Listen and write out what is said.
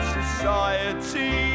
society